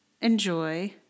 enjoy